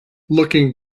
looking